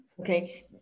Okay